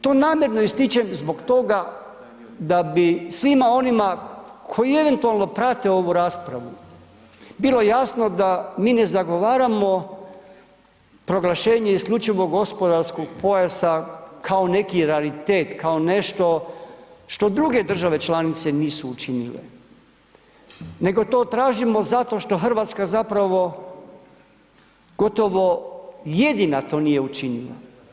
To namjerno ističem zbog toga da bi svima onima koji eventualno prate ovu raspravu bilo jasno da mi ne zagovaramo proglašenje isključivog gospodarskog pojasa kao neki raritet kao nešto što druge države članice nisu učinile nego to tražimo zato što Hrvatska zapravo gotovo jedina to nije učinila.